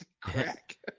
crack